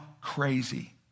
crazy